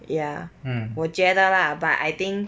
ya 我觉得 lah but I think